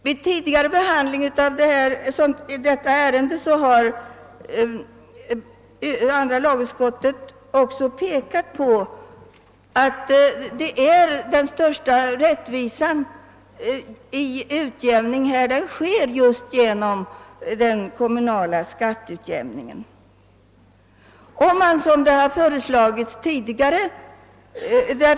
Vid tidigare behandling av detta ärende har andra lagutskottet också pekat på att den största rättvisan i utjämning sker just genom den kommunala skatteutjämningen.